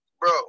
Bro